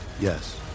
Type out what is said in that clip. Yes